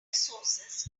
sources